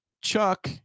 Chuck